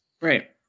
Right